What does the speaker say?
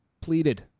pleaded